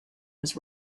was